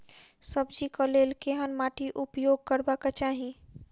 सब्जी कऽ लेल केहन माटि उपयोग करबाक चाहि?